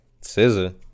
scissor